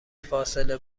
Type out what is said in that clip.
فاصله